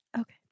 Okay